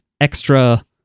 extra